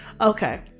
Okay